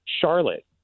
Charlotte